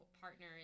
partner